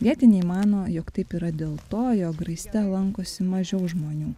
vietiniai mano jog taip yra dėl to jog raiste lankosi mažiau žmonių